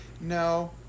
No